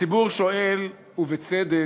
הציבור שואל, ובצדק,